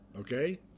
okay